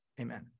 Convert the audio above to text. amen